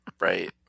Right